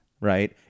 right